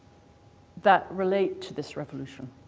that relate to this revolution.